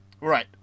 Right